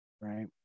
right